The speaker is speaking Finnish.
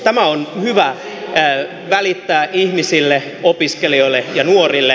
tämä on hyvä välittää ihmisille opiskelijoille ja nuorille